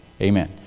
Amen